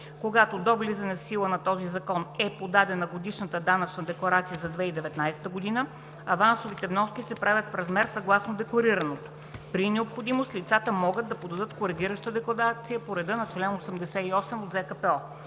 когато до влизането в сила на този закон е подадена годишната данъчна декларация за 2019 г., авансовите вноски се правят в размер съгласно декларираното. При необходимост лицата могат да подадат коригираща декларация по реда на чл. 88 от ЗКПО;